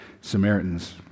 Samaritans